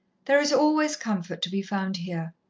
there is always comfort to be found here.